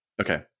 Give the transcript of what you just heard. Okay